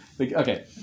Okay